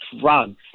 drugs